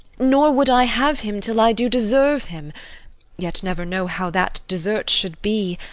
nor would i have him till i do deserve him yet never know how that desert should be.